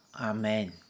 Amen